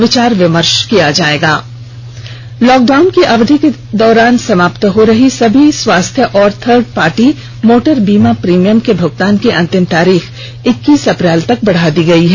संक्षिप्त खबरें लॉकडाउन की अवधि के दौरान समाप्त हो रही सभी स्वास्थ्य और थर्ड पार्टी मोटर बीमा प्रीमियम के भूगतान की अंतिम तारीख इक्कीस अप्रैल तक बढ़ा दी गयी है